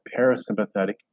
parasympathetic